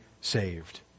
saved